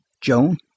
Joan